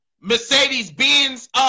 Mercedes-Benz